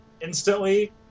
instantly